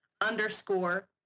underscore